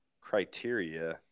criteria